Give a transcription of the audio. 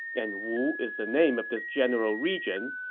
and wu is the name of this general region.